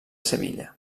sevilla